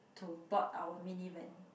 to board our mini van